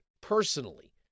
personally